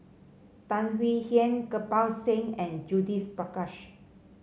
Tan Swie Hian Kirpal Singh and Judith Prakash